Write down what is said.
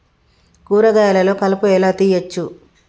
కూరగాయలలో కలుపు ఎలా తీయచ్చు?